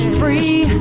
free